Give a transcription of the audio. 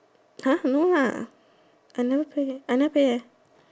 no lah I never pay I never pay